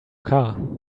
car